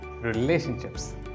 relationships